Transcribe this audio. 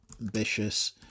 ambitious